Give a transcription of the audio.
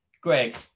Greg